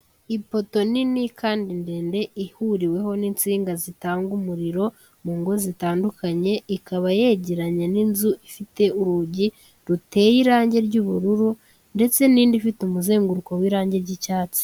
Ipoto nini kandi ndende, ihuriweho n'insinga zitanga umuriro mu ngo zitandukanye, ikaba yegeranye n'inzu ifite urugi ruteye irangi ry'ubururu ndetse n'indi ifite umuzenguruko w'irangi ry'icyatsi.